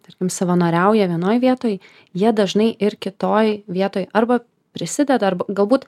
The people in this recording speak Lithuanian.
tarkim savanoriauja vienoj vietoj jie dažnai ir kitoj vietoj arba prisideda arba galbūt